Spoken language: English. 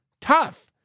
tough